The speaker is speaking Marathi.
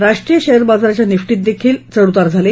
राष्ट्रीय शेअर बाजाराच्या निफ्टीही चढ उतार झाले